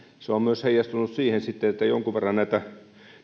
se on heijastunut sitten myös siihen että jonkun verran näitä